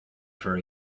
for